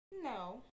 No